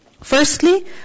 Firstly